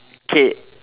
K